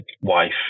wife